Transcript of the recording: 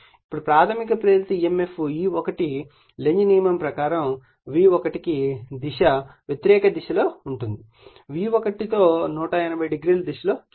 ఇప్పుడు ప్రాధమిక ప్రేరిత emf E1 లెంజ్ నియమం ప్రకారం V1 కి దశ వ్యతిరేక దిశ లో ఉంటుంది మరియు V1 తో 180o దిశలో చూపబడింది